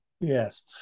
Yes